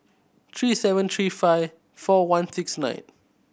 three seven three five four one six nine